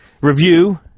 review